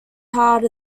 heart